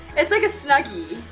it's like a snuggie.